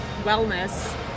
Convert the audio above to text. wellness